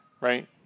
right